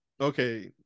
Okay